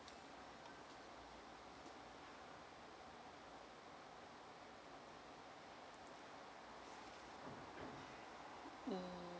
mm